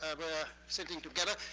ah were sitting together.